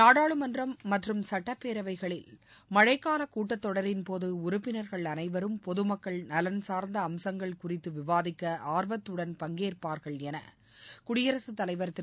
நாடாளுமன்றம் மற்றும் சுட்டப்பேரவைகளில் மழைக்காலக் கூட்டத்தொடரின்போது உறுப்பினர்கள் அனைவரும் பொதுமக்கள் நலன் சார்ந்த அம்சங்கள் குறித்து விவாதிக்க ஆர்வத்துன் பங்கேற்பார்கள் என குடியரசுத்தலைவர் திரு